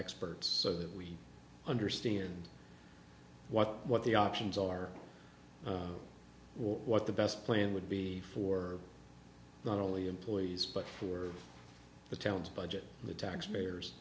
experts so that we understand what what the options are or what the best plan would be for not only employees but for the town's budget and the taxpayers